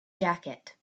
jacket